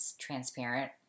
transparent